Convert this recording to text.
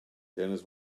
dennis